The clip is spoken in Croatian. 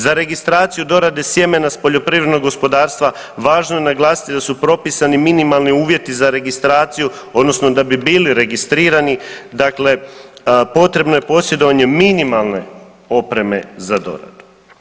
Za registraciju dorade sjemena s poljoprivrednog gospodarstva važno je naglasiti da su propisani minimalni uvjeti za registraciju odnosno da bi bili registrirani dakle potrebno je posjedovanje minimalne opreme za doradu.